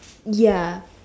ya